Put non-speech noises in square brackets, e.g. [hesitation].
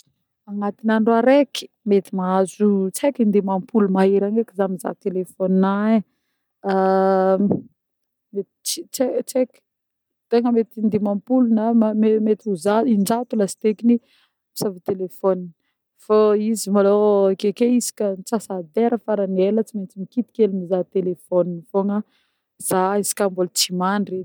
Agnatina andro areky mety mahazo tsy eky in-dimampolo mahery agny eky zah mizaha téléphone-ninah e, [hesitation] tsy eky tegna mety in-dimampolo na [hesitation] mety zato in-jato laste ekiny misava téléphone fô izy malôha akeke isaka antsasa-dera farany ela tsy mentsy mikitika hely mizaha téléphone fogna zah izy koà mbôla tsy mandry edy.